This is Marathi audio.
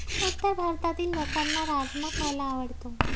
उत्तर भारतातील लोकांना राजमा खायला आवडतो